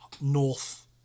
north